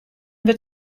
wird